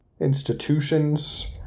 institutions